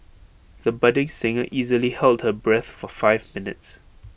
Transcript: the budding singer easily held her breath for five minutes